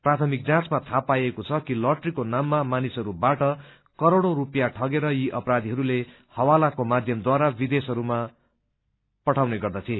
प्राथमिक जाँचमा थाहा पाइएको छ कि लाटरीको नाममा मानिसहस्बाट करोड़ी स्पियाँ ठगेर यी अपराधीहरूले हवालाको माध्यमद्वारा विदेशहरूमा पठाउने गर्दथे